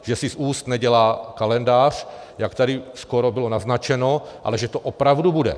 Že si z úst nedělá kalendář, jak tady skoro bylo naznačeno, ale že to opravdu bude.